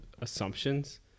assumptions